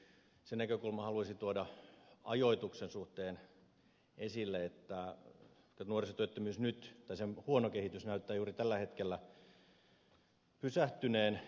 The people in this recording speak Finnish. sen näkökulman haluaisin tuoda ajoituksen suhteen esille että nuorisotyöttömyys tai sen huono kehitys näyttää juuri tällä hetkellä pysähtyneen